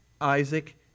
Isaac